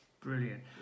Brilliant